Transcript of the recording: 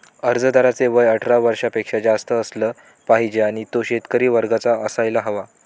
अर्जदाराचे वय अठरा वर्षापेक्षा जास्त असलं पाहिजे आणि तो शेतकरी वर्गाचा असायला हवा